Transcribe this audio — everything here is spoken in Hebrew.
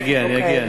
אני אגיע,